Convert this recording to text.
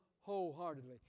wholeheartedly